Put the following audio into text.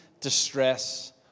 distress